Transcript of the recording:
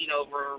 over